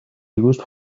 used